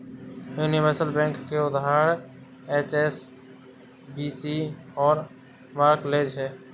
universal bank के उदाहरण HSBC और बार्कलेज हैं